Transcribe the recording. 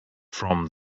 from